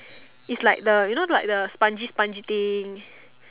it's like the you know like the spongy spongy thing